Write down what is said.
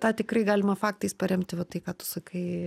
tą tikrai galima faktais paremti va tai ką tu sakai